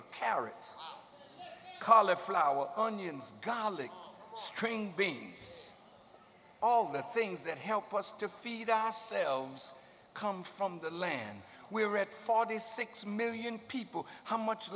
carrots cauliflower onions garlic string beans all the things that help us to feed ourselves come from the land we're at forty six million people how much